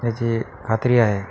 याची खात्री आहे